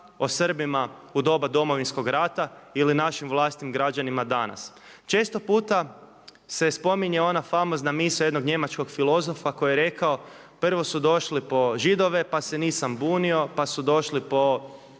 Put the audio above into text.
o Srbima u doba Domovinskog rata ili našim vlastitim građanima danas. Često puta se spominje ona famozna misao jednog njemačkog filozofa koji je rekao: „Prvo su došli po Židove pa se nisam bunio, pa su došli po